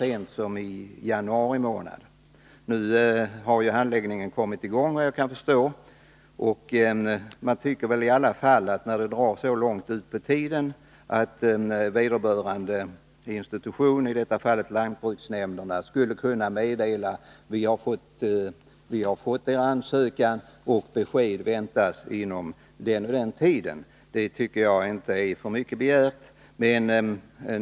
Efter vad jag kan förstå har handläggningen nu kommit i gång, men när ärenden drar ut så långt på tiden tycker man att vederbörande institutioner — i detta fall lantbruksnämnderna — åtminstone skulle kunna bekräfta till de sökande att ansökan har inkommit och att besked kan väntas inom en angiven tid. Jag tycker inte att det är för mycket begärt.